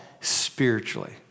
spiritually